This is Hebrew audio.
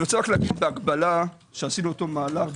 אני רוצה לומר את ההקבלה שעשינו בבתי